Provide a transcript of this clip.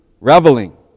reveling